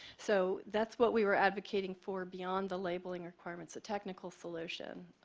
so that's what we were advocating for beyond the labeling requirements, a technical solution.